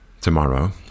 tomorrow